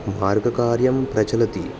मार्गकार्यं प्रचलति